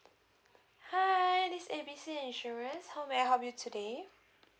hi this is A B C insurance how may I help you today